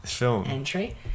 entry